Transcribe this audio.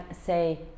say